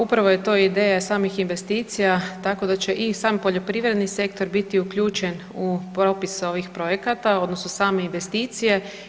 Upravo je to ideja i samim investicija tako da će i sam poljoprivredni sektor biti uključen u propis ovih projekata odnosno same investicije.